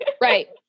Right